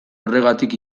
horregatik